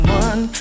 one